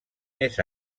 més